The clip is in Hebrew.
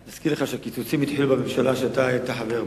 אני מזכיר לך שהקיצוצים התחילו בממשלה שאתה היית חבר בה,